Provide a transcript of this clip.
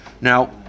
Now